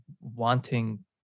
wanting